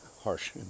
harsh